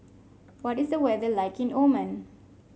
what is the weather like in Oman